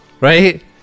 right